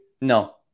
No